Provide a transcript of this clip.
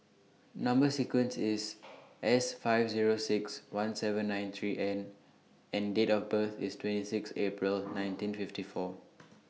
Number sequence IS S five Zero six one seven nine three N and Date of birth IS twenty six April nineteen fifty four